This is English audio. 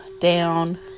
down